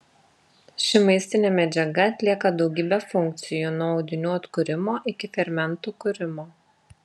ši maistinė medžiaga atlieka daugybę funkcijų nuo audinių atkūrimo iki fermentų kūrimo